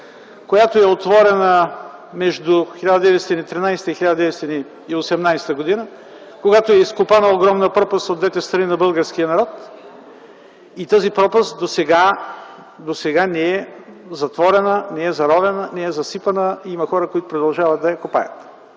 която е отворена между 1913 и 1918 г., когато е изкопана огромна пропаст от двете страни на българския народ. Тази пропаст досега не е затворена, не е заровена, не е засипана. Има хора, които продължават да я копаят.